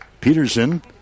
Peterson